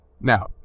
Now